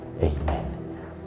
Amen